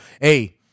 hey